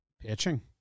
Pitching